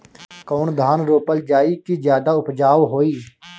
कौन धान रोपल जाई कि ज्यादा उपजाव होई?